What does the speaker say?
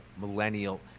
millennial